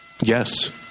Yes